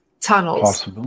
tunnels